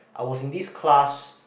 I was in this class